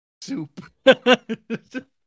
soup